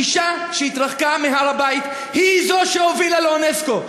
הגישה שהתרחקה מהר-הבית, היא זאת שהביאה לאונסק"ו.